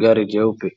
Gari jeupe